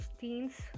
teens